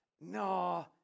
no